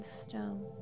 stone